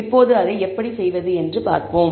இப்போது அதை எப்படி செய்வது என்று பார்ப்போம்